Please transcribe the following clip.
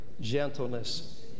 gentleness